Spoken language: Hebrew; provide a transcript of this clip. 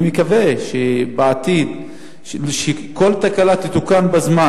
אני מקווה שבעתיד כל תקלה תתוקן בזמן.